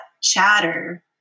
chatter